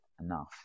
enough